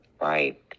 Right